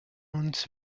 uns